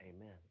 amen